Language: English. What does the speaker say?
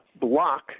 block